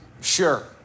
Sure